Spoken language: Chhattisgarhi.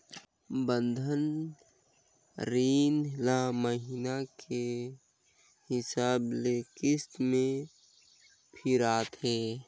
बंधन रीन ल महिना के हिसाब ले किस्त में फिराथें